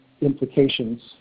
implications